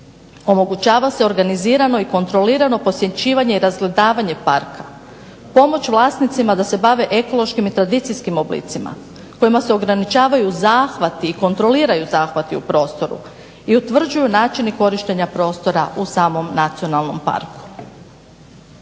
omogućava se organizirano i kontrolirano posjećivanje i razgledavanje parka, pomoć vlasnicima da se bave ekološkim i tradicijskim oblicima kojima se ograničavaju zahvati i kontroliraju zahvati u prostoru, i utvrđuju načini korištenja prostora u samom Nacionalnom parku.